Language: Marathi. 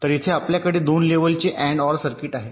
तर येथे आपल्याकडे 2 लेव्हलचे AND OR सर्किट आहे